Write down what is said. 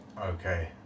Okay